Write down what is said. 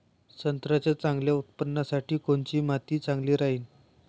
संत्र्याच्या चांगल्या उत्पन्नासाठी कोनची माती चांगली राहिनं?